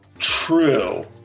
true